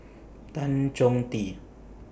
Tan Chong Tee